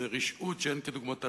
זו רשעות שאין כדוגמתה,